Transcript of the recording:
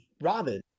Robin